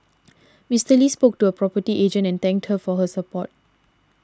Mister Lee spoke to a property agent and thank her for her support